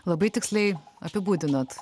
labai tiksliai apibūdinot